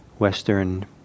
Western